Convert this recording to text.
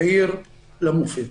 עיר למופת.